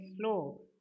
slow